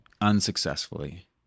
unsuccessfully